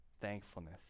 thankfulness